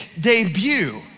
debut